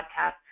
podcast